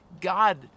God